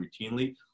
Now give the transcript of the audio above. routinely